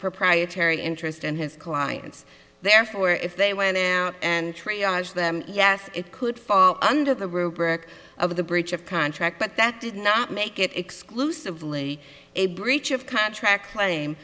proprietary interest in his clients therefore if they went out and trade them yes it could fall under the rubric of the breach of contract but that did not make it exclusively a breach of contract cla